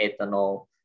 ethanol